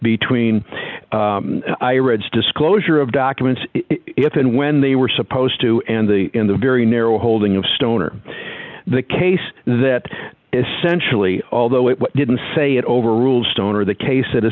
between i read just closure of documents if and when they were supposed to and the in the very narrow holding of stone or the case that essentially although it didn't say it overrules stone or the case